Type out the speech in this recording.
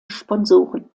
sponsoren